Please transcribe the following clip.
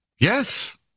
yes